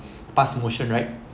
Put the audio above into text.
past motion right